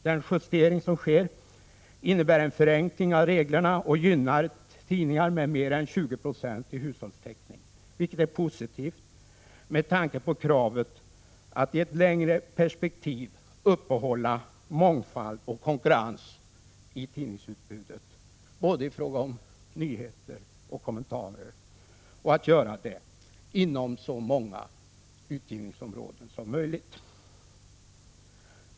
Den justering som sker innebär en förenkling av reglerna och gynnar tidningar med mer än 20-procentig hushållstäckning, vilket är positivt med tanke på kravet att i ett längre perspektiv upprätthålla mångfald och konkurrens i tidningsutbudet i fråga om både nyheter och kommentarer, och att göra det inom så många utgivningsområden som möjligt.